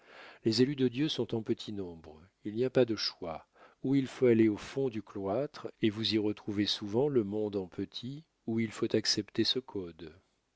les élus de dieu sont en petit nombre il n'y a pas de choix ou il faut aller au fond du cloître et vous y retrouvez souvent le monde en petit ou il faut accepter ce code